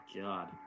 god